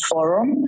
Forum